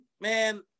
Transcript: man